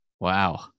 Wow